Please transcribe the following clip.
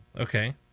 Okay